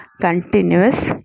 continuous